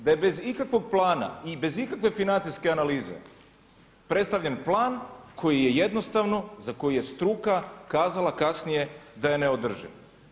Da je bez ikakvog plana i bez ikakve financijske analize predstavljen plan koji je jednostavno za koji je struka kazala kasnije da je neodrživ.